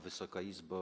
Wysoka Izbo!